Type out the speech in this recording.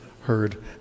heard